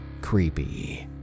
creepy